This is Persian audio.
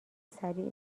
سریع